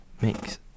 mix